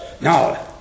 Now